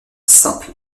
simple